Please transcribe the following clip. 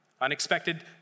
Unexpected